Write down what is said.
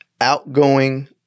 outgoing